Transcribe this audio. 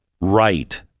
right